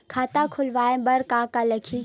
खाता खुलवाय बर का का लगही?